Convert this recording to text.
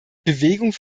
bewegung